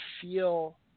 feel